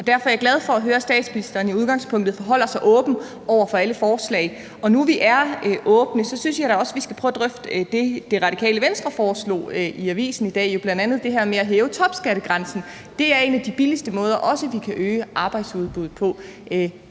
Derfor er jeg glad for at høre, at statsministeren i udgangspunktet forholder sig åben over for alle forslag. Nu vi er åbne, synes jeg da også, vi skal prøve at drøfte det, Radikale Venstre foreslog i avisen i dag, bl.a. det her med at hæve topskattegrænsen. Det er en af de billigste måder, vi også kan øge arbejdsudbuddet på.